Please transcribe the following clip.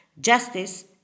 justice